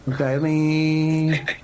Okay